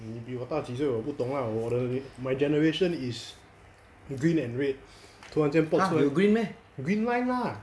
你比我大几岁我不懂 lah 我的年 my generation is green and red 突然间 pop 出来 green line lah